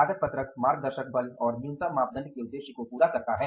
लागत पत्रक मार्गदर्शक बल और न्यूनतम मापदंड के उद्देश्य को पूरा करता है